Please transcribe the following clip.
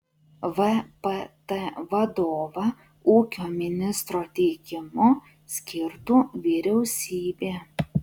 vpt vadovą ūkio ministro teikimu skirtų vyriausybė